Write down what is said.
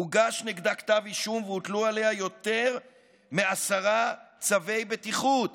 הוגש נגדה כתב אישום והוטלו עליה יותר מעשרה צווי בטיחות